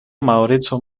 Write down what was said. maŭrico